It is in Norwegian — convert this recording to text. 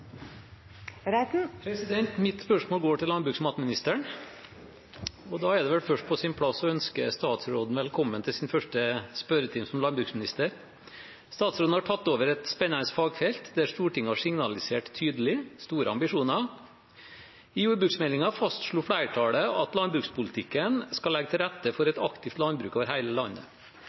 Mitt spørsmål går til landbruks- og matministeren, og da er det vel på sin plass først å ønske statsråden velkommen til sin første spørretime som landbruksminister. Statsråden har tatt over et spennende fagfelt, der Stortinget tydelig har signalisert store ambisjoner. I jordbruksmeldingen fastslo flertallet at landbrukspolitikken skal legge til rette for et aktivt landbruk over hele landet.